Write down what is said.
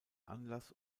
anlass